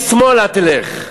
שמאלה תלך.